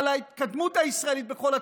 על ההתקדמות הישראלית בכל התחומים.